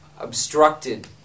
obstructed